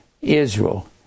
Israel